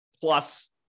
plus